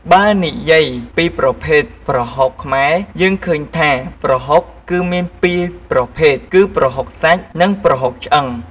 បើនិយាយពីប្រភេទប្រហុកខ្មែរ យើងឃើញថាប្រហុកគឺមានពីរប្រភេទ គឺប្រហុកសាច់ និងប្រហុកឆ្អឹង។